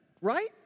right